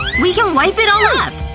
we can wipe it all up.